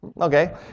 Okay